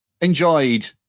enjoyed